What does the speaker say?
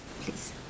please